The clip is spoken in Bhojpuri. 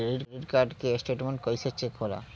क्रेडिट कार्ड के स्टेटमेंट कइसे चेक होला?